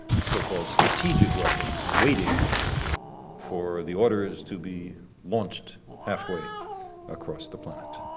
so-called strategic weapons, waiting for the orders to be launched halfway across the planet.